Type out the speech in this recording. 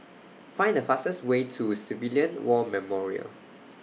Find The fastest Way to Civilian War Memorial